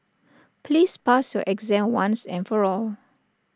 please pass your exam once and for all